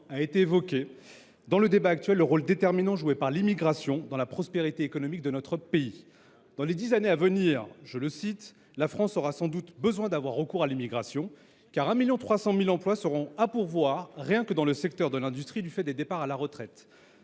samedi dernier dans la presse sur le rôle déterminant joué par l’immigration dans la prospérité économique de notre pays. Dans les dix années à venir, la France aura « sans doute besoin d’avoir recours à l’immigration », a t il déclaré, car 1,3 million d’emplois seront à pourvoir rien que dans le secteur de l’industrie, du fait des départs à la retraite.